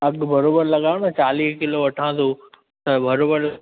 अघु बराबरि लॻायो न चालीह किलो वठां थो त बराबरि